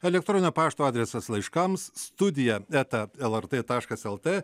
elektroninio pašto adresas laiškams studija eta lrt taškas lt